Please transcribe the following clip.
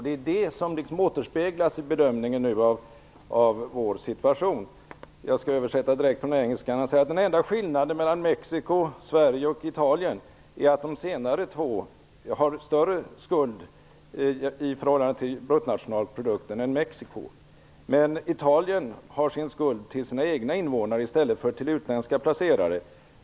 Det är det som återspeglas i bedömningen av vår situation. Jag skall nu översätta direkt från engelska. Han skriver att den enda skillnaden mellan Mexico, Sverige och Italien är att de senare två nu har större skuld i förhållande i bruttonationalprodukten än Mexico. Men Italien har sin skuld till sina egna invånare i stället för till utländska placerare.